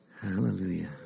Hallelujah